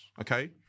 okay